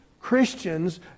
Christians